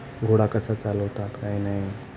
घोडा कसा चालवतात काय नाही